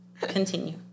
Continue